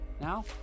Now